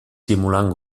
simulant